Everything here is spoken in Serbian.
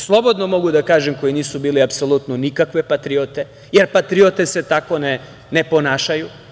Slobodno mogu da kažem koji nisu bili apsolutno nikakve patriote, jer patriote se tako ne ponašaju.